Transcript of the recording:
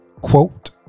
quote